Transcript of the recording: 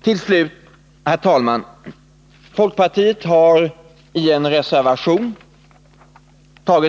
: Till slut, herr talman, vill jag säga att folkpartiet i en reservation har